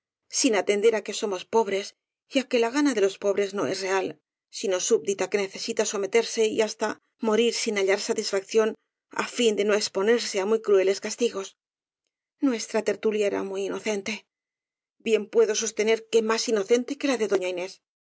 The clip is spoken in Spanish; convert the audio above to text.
sin atender á que somos pobres y á que la gana t v de los pobres no es real sino súbdita que necesita someterse y hasta morir sin hallar satisfacción á fin de no exponerse á muy crueles castigos nues tra tertulia era muy inocente bien puedo sostener que más inocente que la de doña inés